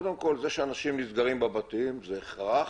אז קודם כל זה שאנשים נסגרים בבתים זה הכרח.